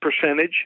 percentage